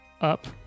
up